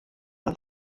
und